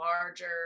larger